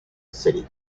city